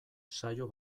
saio